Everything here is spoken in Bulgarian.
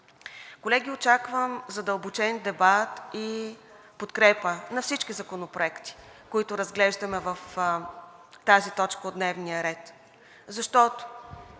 Колеги, очаквам задълбочен дебат и подкрепа на всички законопроекти, които разглеждаме в тази точка от дневния ред,